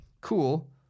Cool